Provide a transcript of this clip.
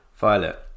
Violet